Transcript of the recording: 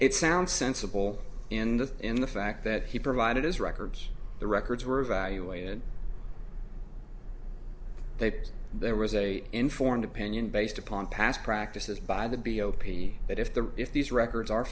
it sounds sensible in the in the fact that he provided his records the records were evaluated they put there was a informed opinion based upon past practices by the b o p that if the if these records are